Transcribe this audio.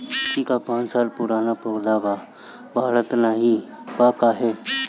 लीची क पांच साल पुराना पौधा बा बढ़त नाहीं बा काहे?